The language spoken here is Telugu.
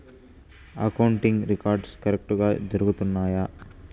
అకౌంటింగ్ రికార్డ్స్ కరెక్టుగా జరుగుతున్నాయా